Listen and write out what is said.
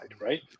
right